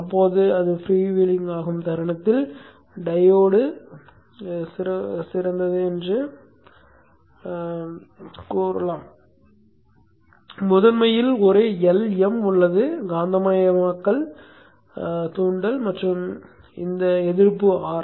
இப்போது அது ஃப்ரீவீலிங் ஆகும் தருணத்தில் டையோடு சிறந்தது என்று சொல்லலாம் முதன்மையில் ஒரு Lm உள்ளது காந்தமயமாக்கல் தூண்டல் மற்றும் இந்த எதிர்ப்பு R